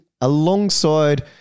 alongside